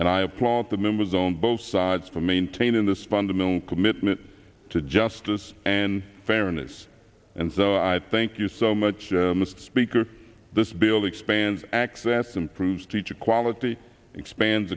and i applaud the members on both sides for maintaining this fundamental commitment to justice and fairness and so i thank you so much mr speaker this bill to expand access improves teacher quality expands